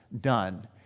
done